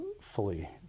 fully